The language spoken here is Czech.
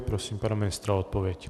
Prosím pana ministra o odpověď.